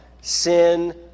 sin